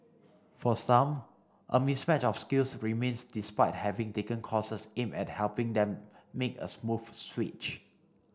for some a mismatch of skills remains despite having taken courses aimed at helping them make a smooth switch